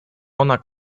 ona